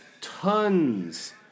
tons